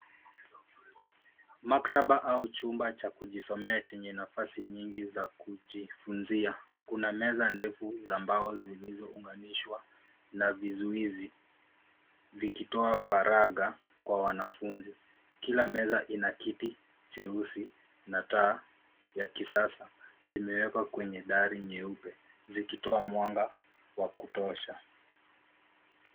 Maktaba au chumba cha kujisomea chenye nafasi nyingi za kujifunzia. Kuna meza ndefu za mbao zilizounganishwa na vizuizi vikitoa faragha kwa wanafunzi. Kila meza ina kiti jeusi na taa za kisasa zimewekwa kwenye dari nyeupe zikitoa mwanga wa kutosha.